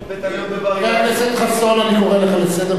אז למה אתה לא מביא לכאן את הנאום